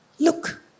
Look